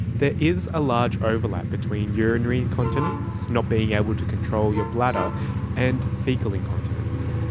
there is a large overlap between urinary incontinence not being able to control your bladder and faecal incontinence.